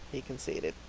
he conceded.